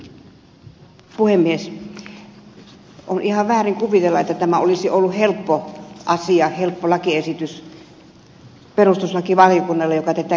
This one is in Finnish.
on ihan väärin kuvitella että tämä olisi ollut helppo asia helppo lakiesitys perustuslakivaliokunnalle joka tätä käsitteli